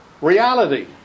reality